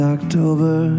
October